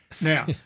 Now